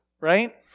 right